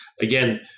Again